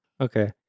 Okay